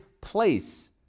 place